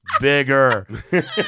bigger